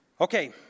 Okay